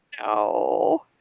No